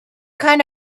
kind